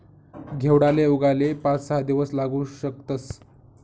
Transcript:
घेवडाले उगाले पाच सहा दिवस लागू शकतस